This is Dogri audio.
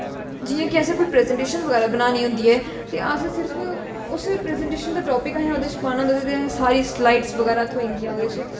जियां कि असें कोई प्रजेंटेशन बगैरा बनानी होंदी ऐ ते अस सिर्फ उस प्रजेंटेशन दा टापिक असें ओह्दे च पाना होंदाअसेंगी सारी स्लाइडस बगैरा थ्होई जंदियां ओह्दे बिच्च